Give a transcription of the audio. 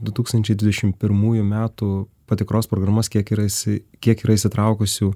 du tūkstančiai dvidešimt pirmųjų metų patikros programas kiek yra įsi kiek yra įsitraukusių